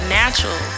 natural